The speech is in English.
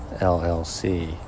LLC